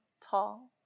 tall